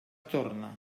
torna